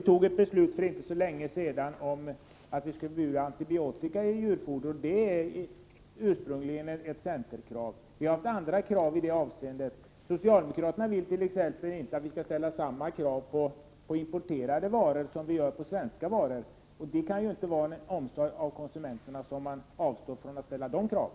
Men för inte så länge sedan tog riksdagen ett beslut om att förbjuda antibiotika i djurfoder, och det är ursprungligen ett centerkrav. Vi har haft andra krav också. Socialdemokraterna vill t.ex. inte att man skall ställa samma krav på importerade varor som på svenska varor, men det kan inte vara av omsorg om konsumenterna som man avstår från att ställa de kraven.